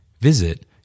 Visit